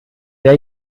der